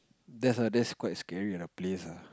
that's that's quite scary on a place ah